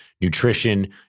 Nutrition